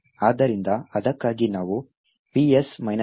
ಆದ್ದರಿಂದ ಅದಕ್ಕಾಗಿ ನಾವು ps ae | grep hello